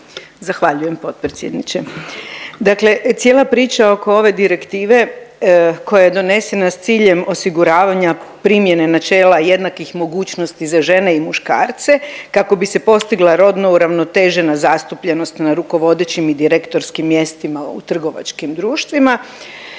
Zahvaljujem potpredsjedniče. Dakle cijela priča oko ove direktive koja je donesena s ciljem osiguravanja primjene načela jednakih mogućnosti za žene i muškarce kako bi se postigla rodno uravnotežena zastupljenost na rukovodećim i direktorskim mjestima u trgovačkim društvima